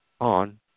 on